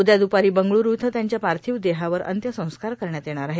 उद्या दुपारी बंगळूरू इथं त्यांच्या पार्थिव देहावर अंत्यसंस्कार करण्यात येणार आहेत